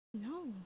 No